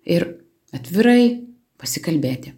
ir atvirai pasikalbėti